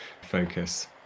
focus